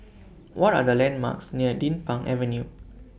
What Are The landmarks near Din Pang Avenue